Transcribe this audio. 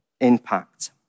impact